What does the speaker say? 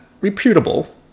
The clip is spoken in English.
reputable